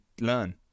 learn